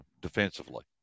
defensively